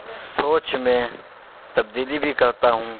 سوچ میں تبدیلی بھی کرتا ہوں